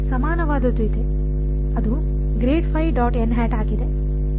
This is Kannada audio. ಸಮಾನವಾದದ್ದು ಇದೆ ಅದು ಆಗಿದೆ